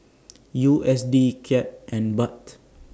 U S D Kyat and Baht